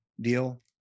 deal